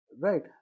right